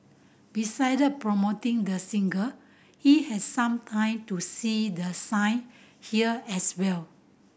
beside promoting the single he has some time to see the sight here as well